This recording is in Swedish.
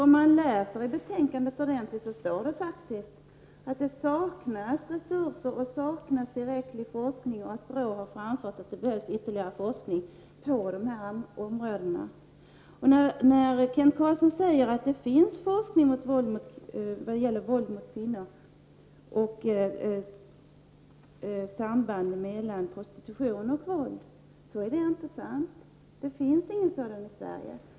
Om man läser betänkandet ordentligt, finner man att det står att resurser saknas, att tillräcklig forskning saknas och att brottsförebyggande rådet har framfört att det behövs ytterligare forskning på dessa områden. När Kent Carlsson säger att det finns forskning om våld mot kvinnor och om sambandet mellan prostitution och våld är det inte sant. Det finns ingen sådan forskning i Sverige.